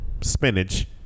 spinach